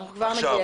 זה פרויקט משותף.